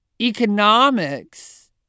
economics